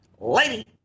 Lady